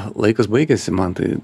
laikas baigėsi mantai